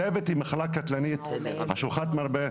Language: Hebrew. כלבת היא מחלה קטלנית, חשוכת מרפא.